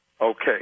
Okay